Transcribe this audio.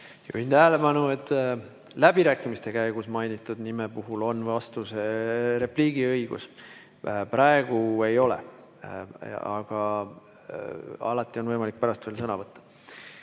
Juhin tähelepanu, et läbirääkimiste käigus mainitud nime puhul on vastuse-, repliigiõigus. Praegu ei ole. Aga alati on võimalik pärast veel sõna võtta.